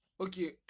Okay